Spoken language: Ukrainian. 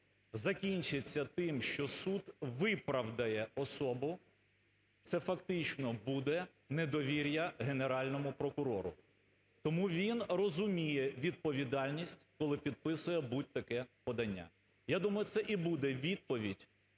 закінчиться тим, що суд виправдає особу, це фактично буде недовір'я Генеральному прокурору. Тому він розуміє відповідальність, коли підписує таке подання. Я думаю, це і буде відповідь